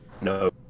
No